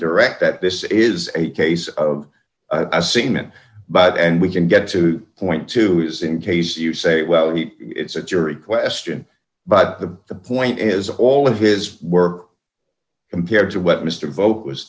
direct that this is a case of a seaman but and we can get to point to is in case you say well it's a jury question but the point is all of his work compared to what mr bouck was